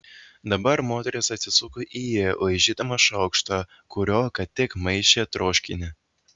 dabar moteris atsisuko į jį laižydama šaukštą kuriuo ką tik maišė troškinį